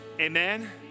amen